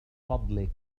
فضلك